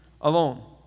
alone